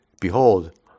Behold